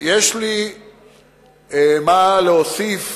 יש לי מה להוסיף